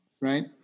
right